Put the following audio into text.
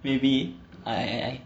maybe I I